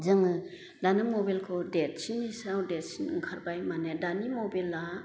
जोङो दानो मबेलखौ देदसिननि सायाव देरसिन ओंखारबाय माने दानि मबेला